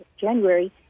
January